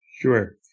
Sure